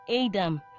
Adam